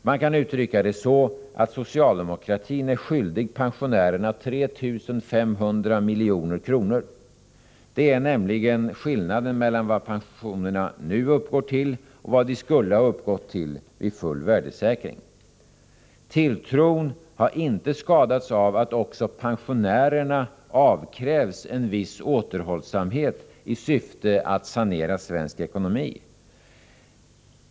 Man kan uttrycka det så att socialdemokratin är skyldig pensionärerna 3 500 milj.kr. Det är nämligen skillnaden mellan vad pensionerna nu uppgår till och vad de skulle uppgått till vid full värdesäkring. Tilltron har inte skadats av att också pensionärerna avkrävs en viss återhållsamhet i syfte att sanera svensk ekonomi.